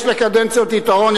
יש לקדנציות יתרון,